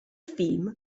film